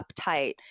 uptight